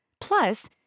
plus